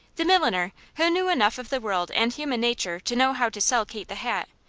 the milliner, who knew enough of the world and human nature to know how to sell kate the hat,